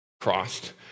crossed